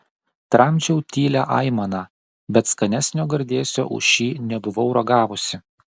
tramdžiau tylią aimaną bet skanesnio gardėsio už šį nebuvau ragavusi